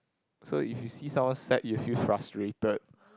so if you see someone sad you feel frustrated